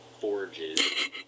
Forges